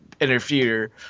interfere